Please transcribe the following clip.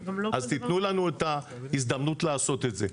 אז תנו לנו את ההזדמנות לעשות את זה.